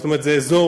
אזור